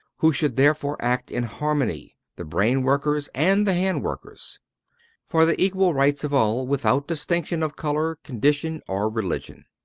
who should therefore act in harmony the brain-workers and the hand-workers for the equal rights of all, without distinction of color, condition, or religion.